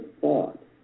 thought